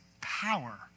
power